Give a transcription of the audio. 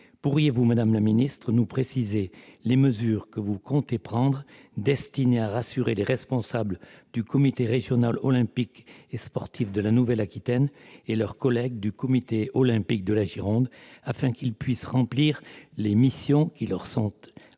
Pourriez-vous, madame la ministre, nous préciser les mesures que vous comptez prendre de manière à rassurer les responsables du comité régional olympique et sportif de la Nouvelle-Aquitaine et leurs collègues du comité olympique de la Gironde, afin qu'ils puissent remplir les missions qui leur sont confiées